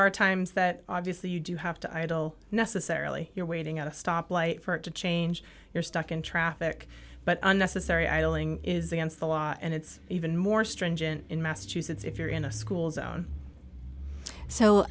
are times that obviously you do have to idle necessarily you're waiting at a stoplight for it to change you're stuck in traffic but unnecessary idling is against the law and it's even more stringent in massachusetts if you're in a school zone so